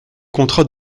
contrat